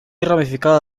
ramificada